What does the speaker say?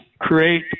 create